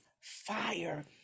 fire